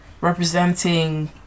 representing